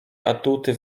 atuty